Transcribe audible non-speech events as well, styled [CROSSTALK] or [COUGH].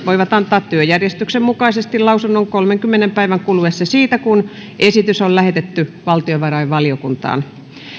[UNINTELLIGIBLE] voivat antaa työjärjestyksen mukaisesti lausunnon kolmenkymmenen päivän kuluessa siitä kun esitys on lähetetty valtiovarainvaliokuntaan